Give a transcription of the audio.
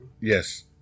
Yes